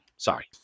Sorry